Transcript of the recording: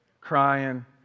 Crying